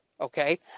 okay